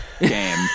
game